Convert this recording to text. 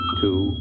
two